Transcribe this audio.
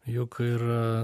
juk ir